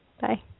Bye